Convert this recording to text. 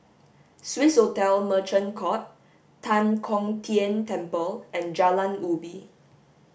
Swissotel Merchant Court Tan Kong Tian Temple and Jalan Ubi